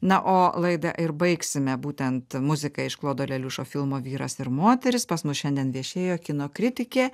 na o laidą ir baigsime būtent muzika iš klodo leliušo filmo vyras ir moteris pas mus šiandien viešėjo kino kritikė